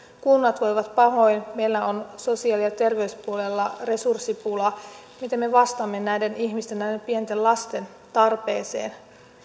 kunnat voivat pahoin meillä on sosiaali ja terveyspuolella resurssipula miten me vastaamme näiden ihmisten näiden pienten lasten tarpeeseen